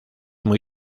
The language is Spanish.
muy